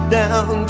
down